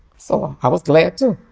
so i was glad too.